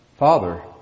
Father